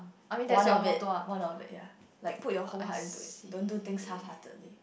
one of it one of it ya like put your whole heart into it don't do things half heartedly